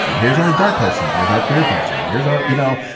here's our dark person, here's our queer person, here's our you know,